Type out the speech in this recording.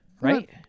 right